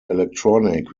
electronic